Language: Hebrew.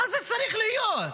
מה זה צריך להיות?